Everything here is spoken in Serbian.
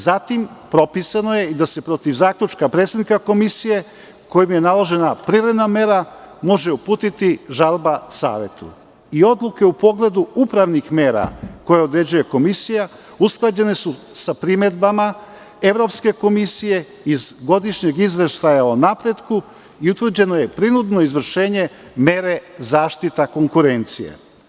Zatim, propisano je i da se protiv zaključka predsednika komisije, koje je naložena privremena mera, može uputiti žalba savetu, i odluke u pogledu upravnih mera koje određuje komisija usklađene su sa primedbama Evropske komisije iz godišnjeg izveštaja o napretku i utvrđeno je prinudno izvršenje mere zaštita konkurencije.